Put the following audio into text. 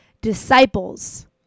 disciples